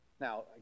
Now